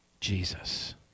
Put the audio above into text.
Jesus